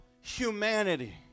humanity